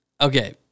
okay